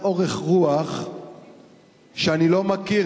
היא גילתה אורך רוח שאני לא מכיר,